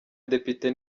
depite